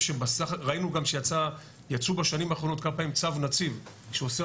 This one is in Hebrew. ראינו גם שיצאו בשנים האחרונות כמה פעמים צו נציב שאוסר